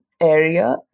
area